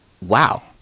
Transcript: Wow